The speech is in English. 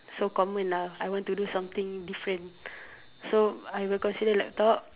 so common lah I want to do something different so I will consider laptop